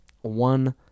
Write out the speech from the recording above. one